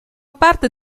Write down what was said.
parte